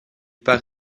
part